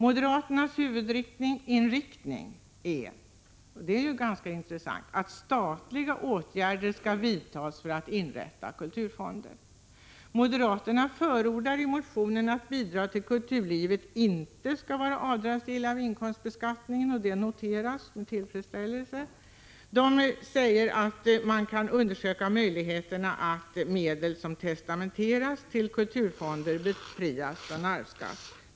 Moderaternas huvudinriktning är, vilket är värt att lägga märke till, att statliga åtgärder skall vidtas för att inrätta kulturfonder. Moderaterna förordar i motionen att bidrag till kulturlivet inte skall vara avdragsgilla vid inkomstbeskattningen — och det noterar jag med tillfredsställelse — men moderaterna anför dessutom i sin motion som en möjlighet att medel som testamenteras till kulturfonder befrias från arvsskatt.